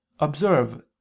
observe